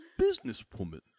businesswoman